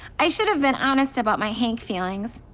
i should've been honest about my hank feelings.